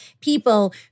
people